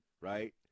right